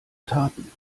taten